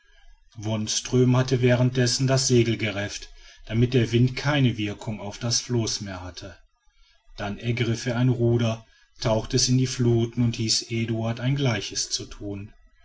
wonström hatte währenddessen das segel gerefft damit der wind keine wirkung auf das floß mehr hatte dann ergriff er ein ruder tauchte es in die flut und hieß eduard ein gleiches zu thun